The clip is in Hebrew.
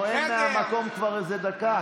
אתה נואם מהמקום כבר איזה דקה.